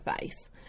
face